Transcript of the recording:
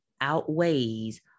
outweighs